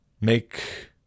make